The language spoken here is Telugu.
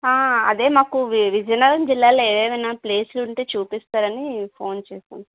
అదే మాకు విజయనగరం జిల్లాలో ఏమైనా ప్లేస్ లు ఉంటే చూపిస్తారని ఫోన్ చేసాను